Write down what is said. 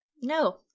No